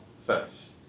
first